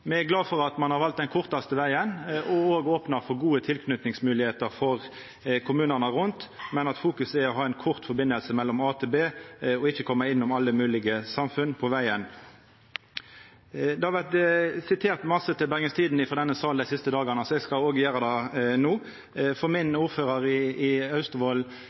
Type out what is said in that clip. Me er glade for at ein har valt den kortaste vegen og òg opna for gode tilknytingsmoglegheiter for kommunane rundt, men fokuset er å ha ei kort strekning frå a til b og ikkje koma innom alle moglege samfunn på vegen. Det har vore sitert masse frå Bergens Tidende i denne salen dei siste dagane, og eg skal òg gjera det no. Ordføraren i Austevoll kom i